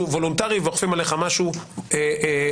וולונטרי ואוכפים עליך משהו רגולטורי,